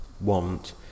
want